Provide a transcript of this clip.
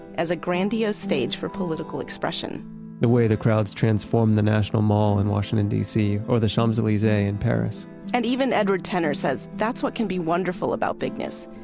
as a grandiose stage for political expression the way the crowd's transformed the national mall in washington, dc or the champs-elysees in paris and even edward tenner says, that's what can be wonderful about bigness.